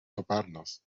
toparnos